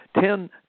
Ten